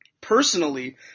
personally